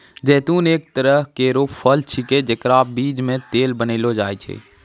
जैतून एक तरह केरो फल छिकै जेकरो बीज सें तेल बनैलो जाय छै